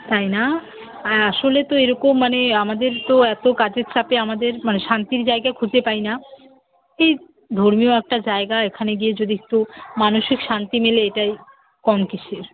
তাই না আসলে তো এরকম মানে আমাদের তো এত কাজের চাপে আমাদের মানে শান্তির জায়গা খুঁজে পাই না এই ধর্মীয় একটা জায়গা এখানে গিয়ে যদি একটু মানসিক শান্তি মেলে এটাই কম কীসের